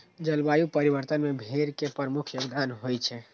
जलवायु परिवर्तन मे भेड़ के प्रमुख योगदान होइ छै